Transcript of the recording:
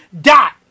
Dot